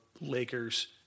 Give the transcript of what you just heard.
Lakers